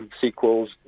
sequels